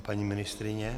Paní ministryně?